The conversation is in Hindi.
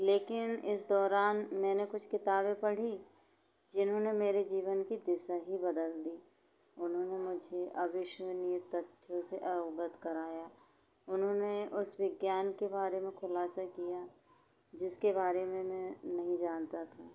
लेकिन इस दौरान मैंने कुछ किताबें पढ़ी जिन्होंने मेरे जीवन की दिशा ही बदल दी उन्होंने मुझे अविश्वनीय तथ्यों से अवगत कराया उन्होंने उस विज्ञान के बारे में खुलासा किया जिसके बारे में मैं नहीं जानता था